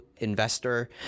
investor